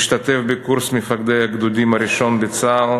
השתתף בקורס מפקדי הגדודים הראשון בצה"ל,